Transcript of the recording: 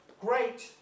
great